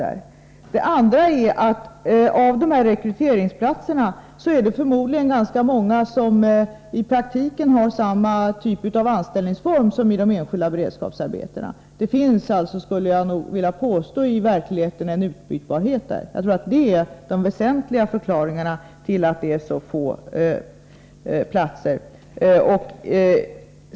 Det andra skälet är att av dessa rekryteringsplatser förmodligen ganska många i praktiken har samma anställningsform som i de enskilda beredskapsarbetena. Jag skulle nog vilja påstå att det i verkligheten finns en utbytbarhet. Detta är de väsentliga förklaringarna till att det finns så få platser.